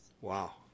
Wow